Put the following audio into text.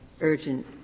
urgent